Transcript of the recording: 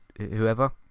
whoever